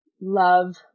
love